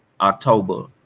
October